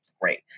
great